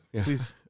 please